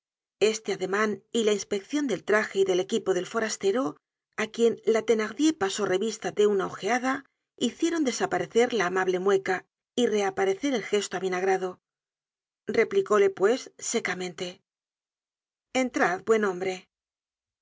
este ademan y la inspeccion del traje y del equipo del forastero á quien la thenardier pasó revista de una ojeada hicieron desaparecer la amable mueca y reaparecer el gesto avinagrado replicóle pues secamente entrad buen hombre